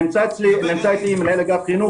נמצא איתי מנהל אגף חינוך.